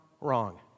wrong